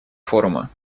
форума